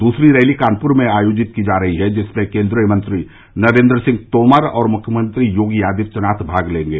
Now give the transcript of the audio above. दूसरी रैली कानपूर में आयोजित की जा रही है जिसमें केन्द्रीय मंत्री नरेन्द्र सिंह तोमर और मुख्यमंत्री योगी आदित्यनाथ भाग लेंगे